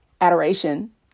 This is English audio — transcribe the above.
adoration